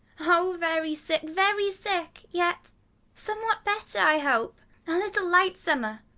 oh very sick, very sick, yet somewhat better i hope a little lightsomer,